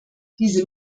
diese